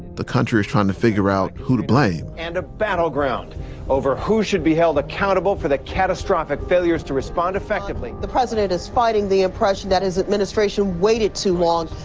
the country was trying to figure out who to blame and a battleground over who should be held accountable for the catastrophic failures to respond effectively, the president is fighting the impression that his administration waited too long,